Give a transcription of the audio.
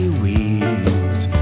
weeds